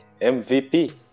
MVP